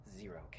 zero